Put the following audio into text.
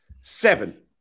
seven